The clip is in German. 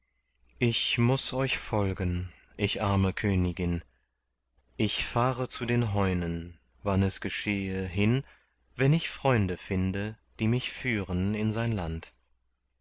ich muß euch folgen ich arme königin ich fahre zu den heunen wann es geschehe hin wenn ich freunde finde die mich führen in sein land